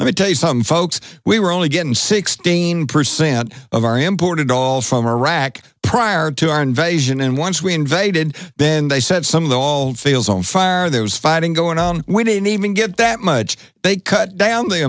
i tell you some folks we were only getting sixteen percent of our imported all from iraq prior to our invasion and once we invaded then they said some of the hall fails on fire there was fighting going on we didn't even get that much they cut down the